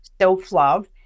self-love